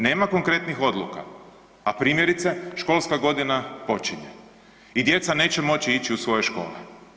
Nema konkretnih odluka, a primjerice, školska godina počinje i djeca neće moći ići u svoje škole.